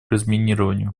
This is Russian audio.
разминированию